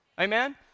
Amen